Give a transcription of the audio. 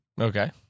Okay